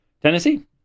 tennessee